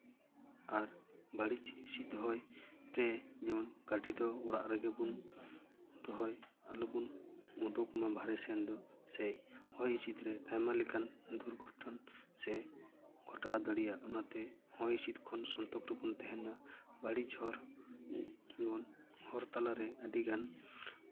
ᱟᱨ ᱵᱟᱹᱲᱤᱡᱽ ᱡᱤᱱᱤᱥ ᱫᱚᱦᱚᱭ ᱨᱮ ᱡᱮᱢᱚᱱ ᱜᱟᱹᱰᱤ ᱫᱚ ᱚᱲᱟᱜ ᱨᱮᱜᱮ ᱵᱚᱱ ᱫᱚᱦᱚᱭ ᱟᱞᱚᱵᱚᱱ ᱩᱰᱩᱠ ᱢᱟ ᱵᱟᱦᱨᱮ ᱥᱮᱱ ᱫᱚ ᱥᱮ ᱦᱚᱭ ᱦᱤᱸᱥᱤᱫ ᱨᱮ ᱟᱭᱢᱟ ᱞᱮᱠᱟᱱ ᱫᱩᱨᱜᱷᱚᱴᱚᱱ ᱥᱮ ᱜᱷᱚᱴᱟᱣ ᱫᱟᱲᱮᱭᱟᱜᱼᱟ ᱚᱱᱟᱛᱮ ᱦᱚᱭ ᱦᱤᱸᱥᱤᱫ ᱠᱷᱚᱱ ᱥᱚᱱᱛᱚᱨ ᱨᱮᱵᱚᱱ ᱛᱟᱦᱮᱱ ᱢᱟ ᱵᱟᱹᱲᱤᱡᱽ ᱦᱚᱨ ᱵᱚᱱ ᱡᱮᱢᱚᱱ ᱦᱚᱨ ᱛᱟᱞᱟᱨᱮ ᱟᱹᱰᱤᱜᱟᱱ